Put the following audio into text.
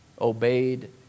obeyed